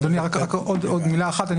אדוני, רק עוד מילה אחת.